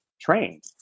trained